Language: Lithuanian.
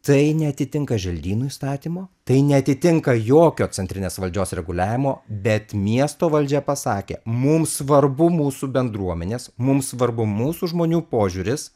tai neatitinka želdynų įstatymo tai neatitinka jokio centrinės valdžios reguliavimo bet miesto valdžia pasakė mum svarbu mūsų bendruomenės mum svarbu mūsų žmonių požiūris